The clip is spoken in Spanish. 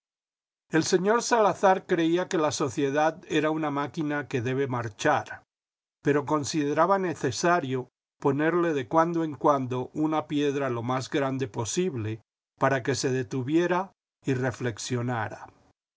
el señor salazar creía que la sociedad es una máquina que debe marchar pero consideraba necesario ponerle de cuando en cuando una piedra lo más grande posible para que se detuviera y reflexionara